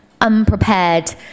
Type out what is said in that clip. unprepared